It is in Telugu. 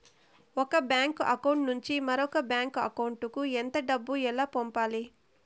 ఒక బ్యాంకు అకౌంట్ నుంచి మరొక బ్యాంకు అకౌంట్ కు ఎంత డబ్బు ఎలా పంపాలి